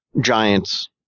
giants